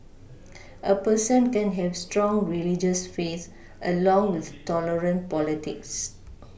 a person can have strong religious faith along with tolerant politics